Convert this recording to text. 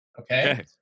okay